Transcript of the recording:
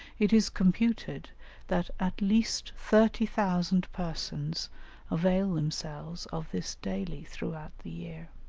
it is computed that at least thirty thousand persons avail themselves of this daily throughout the year.